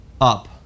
up